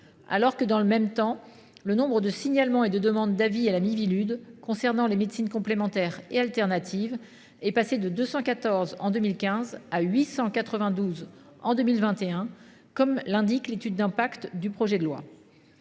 alors qu’en parallèle le nombre de signalements et de demandes d’avis à la Miviludes concernant les médecines complémentaires et alternatives est passé de 214 en 2015 à 892 en 2021, comme l’indique l’étude d’impact du présent projet de loi.